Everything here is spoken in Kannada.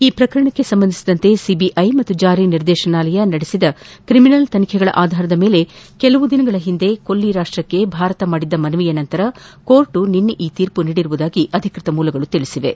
ಈ ಪ್ರಕರಣಕ್ಕೆ ಸಂಬಂಧಿಸಿದಂತೆ ಸಿಬಿಐ ಮತ್ತು ಜಾರಿ ನಿರ್ದೇಶನಾಲಯ ನಡೆಸಿದ ಕ್ರಿಮಿನಲ್ ತನಿಖೆಗಳ ಆಧಾರದ ಮೇಲೆ ಕೆಲ ದಿನಗಳ ಹಿಂದೆ ಕೊಲ್ಲಿ ರಾಷ್ಟಕ್ಕೆ ಭಾರತ ಮಾಡಿದ್ದ ಮನವಿಯ ನಂತರ ನ್ಯಾಯಾಲಯ ನಿನ್ನೆ ಈ ತೀರ್ಮ ನೀಡಿದೆ ಎಂದು ಅಧಿಕೃತ ಮೂಲಗಳು ತಿಳಿಸಿವೆ